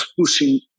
pushing